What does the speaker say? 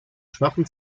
schwachen